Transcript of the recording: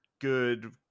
good